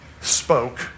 spoke